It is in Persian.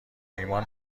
ایمان